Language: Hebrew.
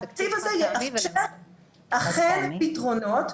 התקציב הזה אכן יאפשר פתרונות,